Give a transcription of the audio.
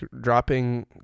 dropping